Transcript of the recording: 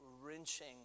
wrenching